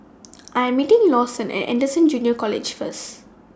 I Am meeting Lawson At Anderson Junior College First